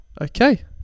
Okay